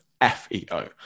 F-E-O